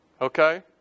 Okay